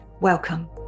welcome